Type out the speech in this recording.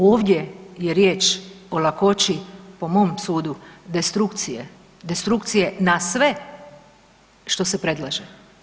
Ovdje je riječ o lakoći po mom sudu, destrukcije, destrukcije na sve što se predlaže.